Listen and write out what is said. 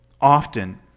Often